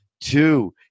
two